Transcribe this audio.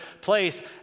place